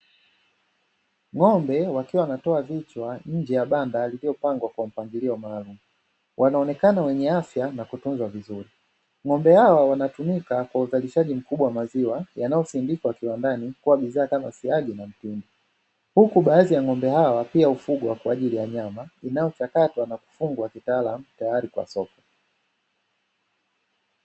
Ng'ombe wakiwa wanatoa vichwa nje banda lililopangwa kwa mpangilio maalumu. Wanaonekana wenye afya na kutunzwa vizuri, ng'ombe hawa wanatumika kwa uzalishaji mkubwa wa maziwa yanayosindikwa kiwandani kuwa bidhaa kama siagi na mtindi. Huku baadhi ya ng'ombe hawa pia hufugwa kwa ajili ya nyama inayochakatwa na kufungwa kitaalamu tayari kwa soko.